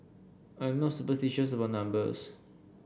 I'm not superstitious about numbers